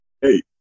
Hey